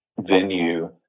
venue